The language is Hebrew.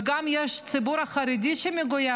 ויש גם ציבור חרדי שמגויס,